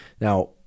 Now